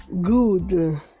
good